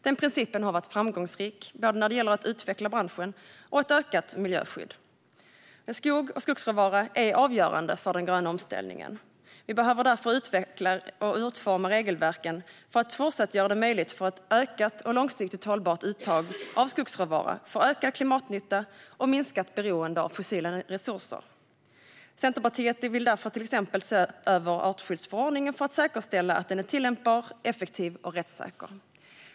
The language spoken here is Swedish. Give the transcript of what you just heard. Denna princip har varit framgångsrik både när det gäller att utveckla branschen och ett förbättrat miljöskydd. Skog och skogsråvara är avgörande för den gröna omställningen. Vi behöver därför utveckla och utforma regelverken för att möjliggöra ett fortsatt ökat och långsiktigt hållbart uttag av skogsråvara, för ökad klimatnytta och minskat beroende av fossila resurser. Centerpartiet vill till exempel se över artskyddsförordningen för att säkerställa att den är tillämpbar, effektiv och rättssäker.